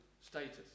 Status